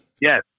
Yes